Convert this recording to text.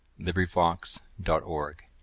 LibriVox.org